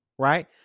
Right